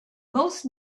most